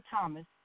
Thomas